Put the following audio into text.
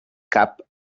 cap